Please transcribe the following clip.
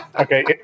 Okay